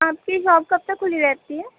آپ کی شاپ کب تک کُھلی رہتی ہے